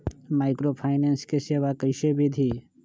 Microfinance के सेवा कइसे विधि?